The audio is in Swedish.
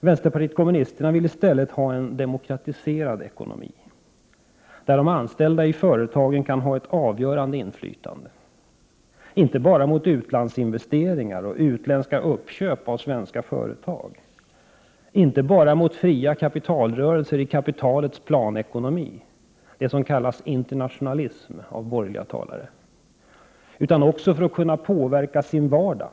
Vänsterpartiet kommunisterna vill i stället ha en demokratiserad ekonomi där de anställda i företagen kan ha ett avgörande inflytande — inte bara gentemot utlandsinvesteringar och utländska uppköp av svenska företag eller gentemot fria kapitalrörelser i kapitalets planekonomi, av borgerliga talare kallat internationalism, utan också för att kunna påverka sin vardag.